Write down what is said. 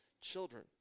children